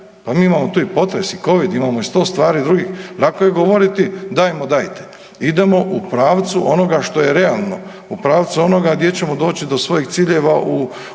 Pa mi imamo tu i potres i Covid i imamo i 100 stvari drugih. Lako je govoriti dajmo, dajte. Idemo u pravcu onoga što je realno, u pravcu onoga gdje ćemo doći do svojih ciljeva u prometu,